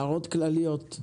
הערות כלליות.